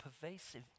pervasive